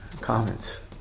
Comments